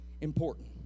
important